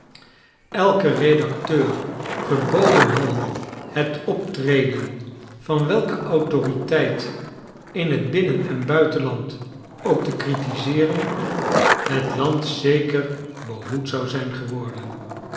elken redacteur verboden hadden het optreden van welke autoriteit in het binnen en buitenland ook te critiseeren het land zeker behoed zou zijn geworden